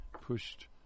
pushed